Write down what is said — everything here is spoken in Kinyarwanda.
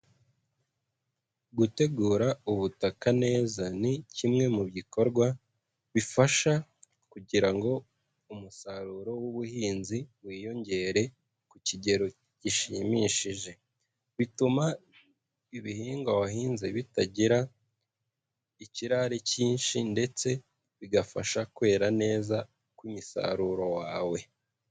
Gutegura ubutaka neza ni kimwe mu bikorwa bifasha kugira ngo umusaruro w'ubuhinzi wiyongere ku kigero gishimishije, bituma ibihingwa wahinze bitagira ikirare kinshi ndetse bigafasha kwera neza ku musaruro wawe.